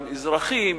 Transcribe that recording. גם אזרחים,